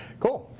cool.